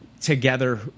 together